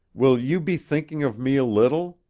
will you be thinking of me a little?